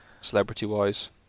celebrity-wise